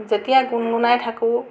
যেতিয়া গুণগুণাই থাকো